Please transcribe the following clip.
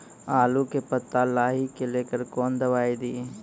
आलू के पत्ता लाही के लेकर कौन दवाई दी?